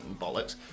bollocks